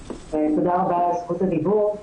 תודה רבה על זכות הדיבור.